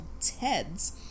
Ted's